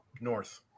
North